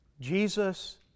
Jesus